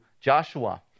Joshua